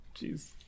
jeez